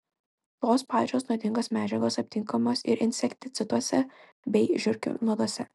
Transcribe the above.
tos pačios nuodingos medžiagos aptinkamos ir insekticiduose bei žiurkių nuoduose